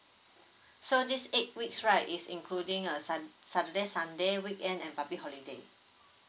so this eight weeks right is including uh sun~ saturday sunday weekend and public holiday